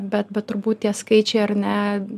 bet bet turbūt tie skaičiai ar ne